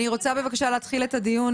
אני רוצה בבקשה להתחיל את הדיון,